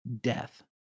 death